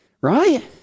Right